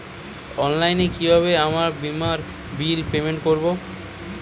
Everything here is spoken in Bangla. অনলাইনে কিভাবে আমার বীমার বিল পেমেন্ট করবো?